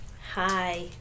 Hi